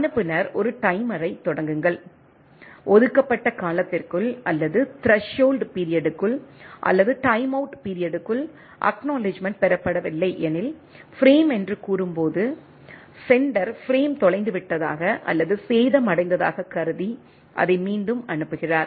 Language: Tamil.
அனுப்புநர் ஒரு டைமரைத் தொடங்குங்கள் ஒதுக்கப்பட்ட காலத்திற்குள் அல்லது த்ரெஷ்ஹோல்டு பீரியடுக்குள் அல்லது டைம்அவுட் பீரியடுக்குள் அக்நாலெட்ஜ்மெண்ட் பெறப்படவில்லை எனில் பிரேம் என்று கூறும்போது செண்டர் பிரேம் தொலைந்துவிட்டதாக அல்லது சேதமடைந்ததாக கருதி அதை மீண்டும் அனுப்புகிறார்